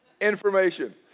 information